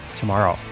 tomorrow